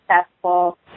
successful